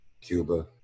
Cuba